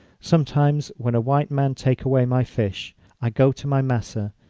sometimes when a white man take away my fish i go to my maser,